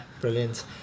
brilliant